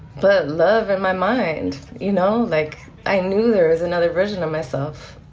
but love in my mind, you know like i knew there was another version of myself.